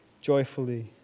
joyfully